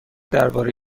درباره